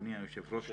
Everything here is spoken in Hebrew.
אדוני היושב ראש,